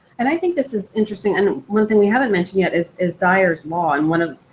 and i think this is interesting. and one thing we haven't mentioned yet is is dyar's log and one of